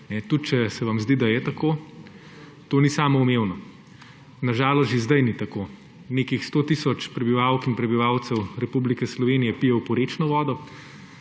Tudi če se vam zdi, da je tako, to ni samoumevno. Na žalost že zdaj ni tako. Nekih 100 tisoč prebivalk in prebivalcev Republike Slovenije pije oporečno vodo.